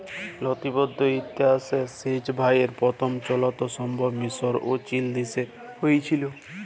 লতিবদ্ধ ইতিহাসে সেঁচ ভাঁয়রের পথম চলল সম্ভবত মিসর এবং চিলদেশে হঁয়েছিল